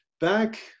back